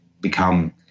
become